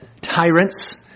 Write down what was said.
Tyrants